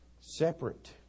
Separate